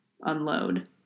unload